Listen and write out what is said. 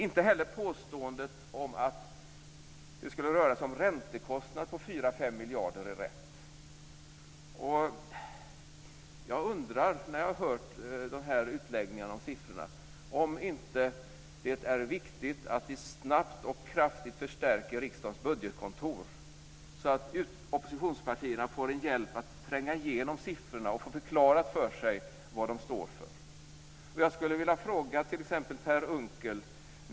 Inte heller påståendet att det skulle röra sig om räntekostnader på 4-5 miljarder är rätt. När jag har hört utläggningarna om siffrorna om det inte är viktigt att vi snabbt och kraftigt förstärker riksdagens budgetkontor så att oppositionspartierna får en hjälp att tränga igenom siffrorna och får förklarat för sig vad de står för. Jag skulle vilja fråga t.ex. Per Unckel.